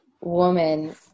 woman